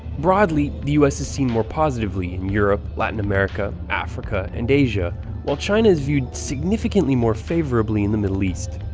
broadly, the u s. is seen more positively in europe, latin america, africa, and asia while china is viewed significantly more favorably in the middle east.